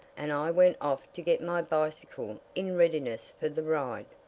and i went off to get my bicycle in readiness for the ride.